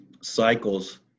cycles